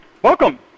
Welcome